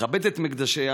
לכבד את מקדשיה,